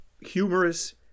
humorous